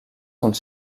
sont